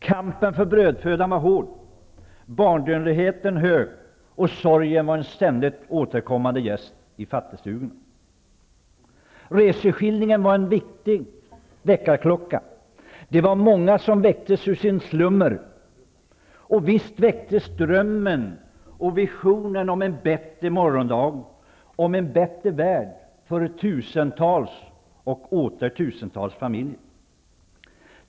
Kampen för brödfödan var hård, barnadödligheten hög och sorgen en ständigt återkommande gäst i fattigstugorna. Reseskildringen var en viktig väckarklocka. Många väcktes ur sin slummer och visst väcktes drömmen och visionen om en bättre morgondag, om en bättre värld för tusentals och åter tusentals familjer.